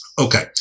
Okay